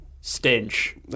stench